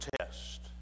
test